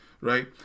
right